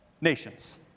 nations